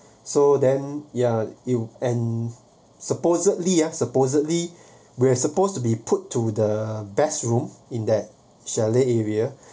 so then yeah you and supposedly supposedly we're supposed to be put to the best room in that chalet area